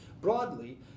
Broadly